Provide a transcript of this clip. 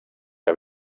que